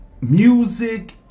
music